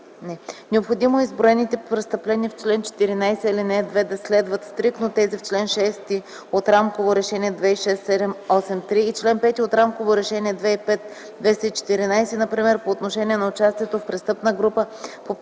Необходимо е изброените престъпления в чл. 14, ал. 2 да следват стриктно тези в чл. 6 от Рамково решение 2006/783/ПВР и чл. 5 от Рамково решение 2005/214/ПВР, например по отношение на участието в престъпна група, подправянето